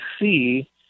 see